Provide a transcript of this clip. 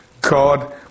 God